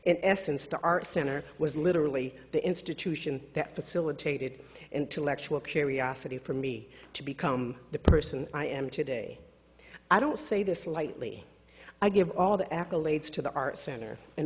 in essence the art center was literally the institution that facilitated intellectual curiosity for me to become the person i am today i don't say this lightly i gave all the accolades to the art center an